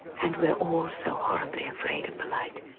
and we're all so horribly afraid of the light.